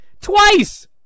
Twice